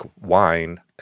wine